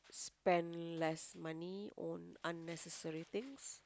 spend less money on unnecessary things